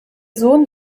sohn